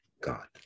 God